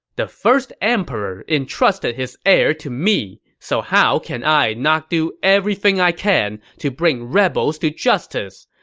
the first emperor entrusted his heir to me, so how can i not do everything i can to bring rebels to justice!